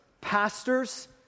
pastors